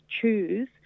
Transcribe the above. choose